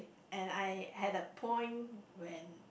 and I had the point when